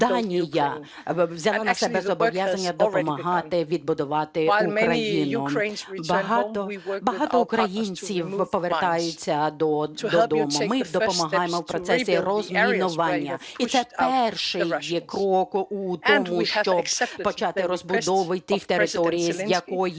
Данія взяла на себе зобов'язання допомагати відбудувати Україну. Багато українців повертаються додому, ми їм допомагаємо в процесі розмінування. І це перший крок у тому, щоб почати розбудову тих територій, з якої